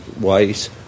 ways